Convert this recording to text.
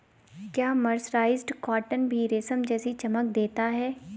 क्या mercerized cotton भी रेशम जैसी चमक देता है?